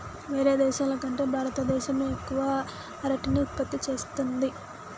వేరే దేశాల కంటే భారత దేశమే ఎక్కువ అరటిని ఉత్పత్తి చేస్తంది